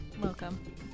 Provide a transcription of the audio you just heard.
Welcome